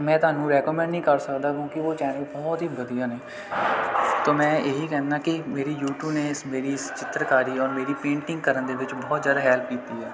ਮੈਂ ਤੁਹਾਨੂੰ ਰੈਕਾਮੈਂਡ ਨਹੀਂ ਕਰ ਸਕਦਾ ਕਿਉਂਕਿ ਉਹ ਚੈਨਲ ਬਹੁਤ ਹੀ ਵਧੀਆ ਨੇ ਤੋਂ ਮੈਂ ਇਹੀ ਕਹਿੰਦਾ ਕਿ ਮੇਰੀ ਯੂਟਿਊਬ ਨੇ ਇਸ ਮੇਰੀ ਚਿੱਤਰਕਾਰੀ ਔਰ ਮੇਰੀ ਪੇਂਟਿੰਗ ਕਰਨ ਦੇ ਵਿੱਚ ਬਹੁਤ ਜ਼ਿਆਦਾ ਹੈਲਪ ਕੀਤੀ ਹੈ